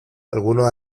algunos